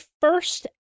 first